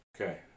Okay